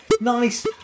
nice